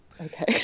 Okay